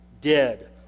dead